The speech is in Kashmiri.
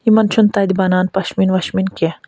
یِمَن چھُنہٕ تَتہِ بَنان پشمیٖن وَشمیٖن کیٚنہہ